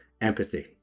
empathy